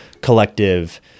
collective